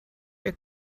wir